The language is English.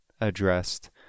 addressed